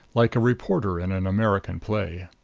like a reporter in an american play.